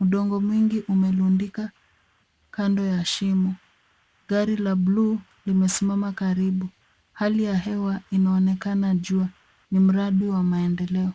Udongo mwingi imerundika kando ya shimo. Gari la bluu limesimama karibu. Hali ya hewa inaonakana jua. Ni mradi wa maendeleo.